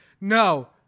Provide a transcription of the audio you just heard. No